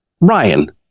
Ryan